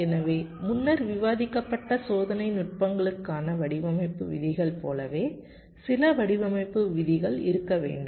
எனவே முன்னர் விவாதிக்கப்பட்ட சோதனை நுட்பங்களுக்கான வடிவமைப்பு விதிகள் போலவே சில வடிவமைப்பு விதிகள் இருக்க வேண்டும்